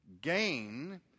gain